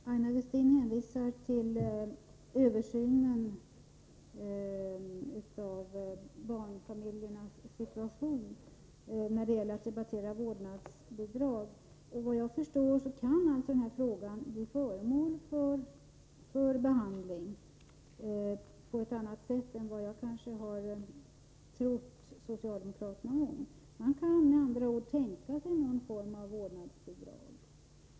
Herr talman! När det gäller vårdnadsbidraget hänvisar Aina Westin till översynen av barnfamiljernas situation. Såvitt jag förstår kan alltså den här frågan bli föremål för behandling på ett annat sätt än jag kanske har trott socialdemokraterna om. Man kan med andra ord tänka sig någon form av vårdnadsbidrag.